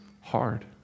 hard